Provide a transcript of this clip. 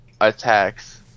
attacks